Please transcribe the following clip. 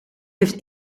heeft